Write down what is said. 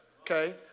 Okay